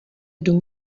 dům